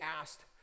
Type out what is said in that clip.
asked